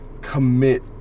commit